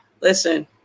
listen